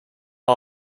are